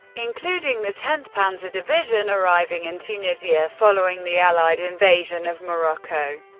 including the tenth panzer division, arriving in tunisia following the allied invasion of morocco.